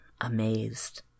amazed